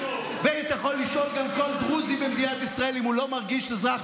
ואתה יכול לשאול גם כל דרוזי במדינת ישראל אם הוא לא מרגיש אזרח